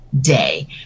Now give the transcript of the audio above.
day